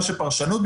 מה שפרשנות,